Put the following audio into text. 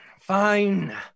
Fine